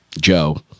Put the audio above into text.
Joe